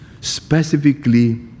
specifically